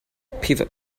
pivot